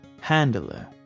handler